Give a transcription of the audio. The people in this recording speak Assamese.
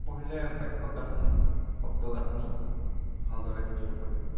পঢ়িলে বাক্য গাঠনি শব্দ গাঠনি ভালদৰে শিকিব পাৰি